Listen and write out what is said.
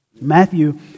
Matthew